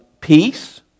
Peace